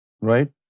Right